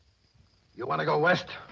you want to go west?